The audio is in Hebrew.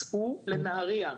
סעו לנהריה,